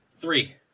Three